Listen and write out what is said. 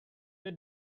they